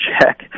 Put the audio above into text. check